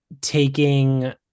taking